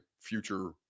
future